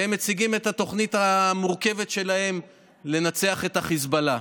והם מציגים את התוכנית המורכבת שלהם לנצח את החיזבאללה.